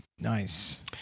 nice